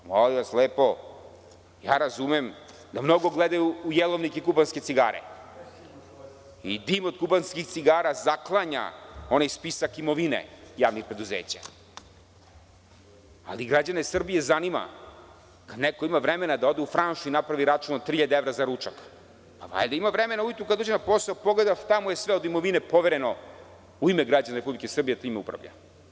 Molim vas, ja razumem da mnogo gledaju u jelovnik i kubanske cigare i dim od kubanskih cigara zaklanja onaj spisak imovine javnih preduzeća, ali građane Srbije zanima kad neko ima vremena da ode u „Franš“ i napravi račun od 3.000 evra za ručak, valjda ima vremena ujutru kad dođe na posao da pogleda šta mu je sve od imovine povereno u ime građana Republike Srbije da time upravlja.